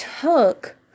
took